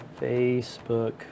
Facebook